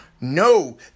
No